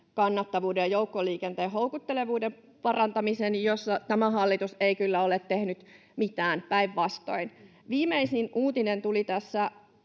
kannattavuuden ja joukkoliikenteen houkuttelevuuden parantamisen, jossa tämä hallitus ei kyllä ole tehnyt mitään, päinvastoin. Viimeisin uutinen tuli tässä